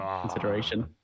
consideration